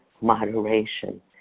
moderation